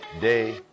Day